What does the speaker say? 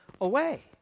away